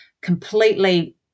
completely